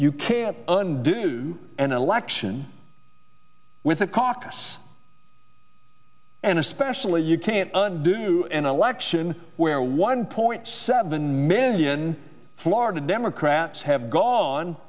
you can't under an election with a caucus and especially you can't undo an election where one point seven million florida democrats have gone